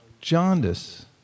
Jaundice